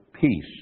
peace